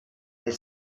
elle